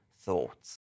thoughts